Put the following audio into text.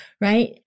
right